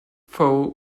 foe